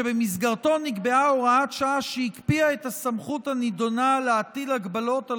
שבמסגרתו נקבעה הוראת שעה שהקפיאה את הסמכות הנדונה להטיל הגבלות על